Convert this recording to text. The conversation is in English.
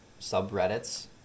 subreddits